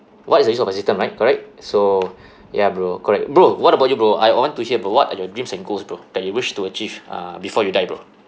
what is the use of a system right correct so ya bro correct bro what about you bro I I want to hear bro what are your dreams and goals bro that you wish to achieve uh before you die bro